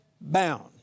bound